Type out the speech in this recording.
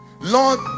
Lord